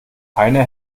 einer